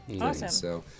Awesome